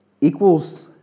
equals